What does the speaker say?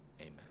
Amen